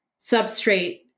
substrate